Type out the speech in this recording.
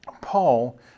Paul